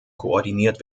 koordiniert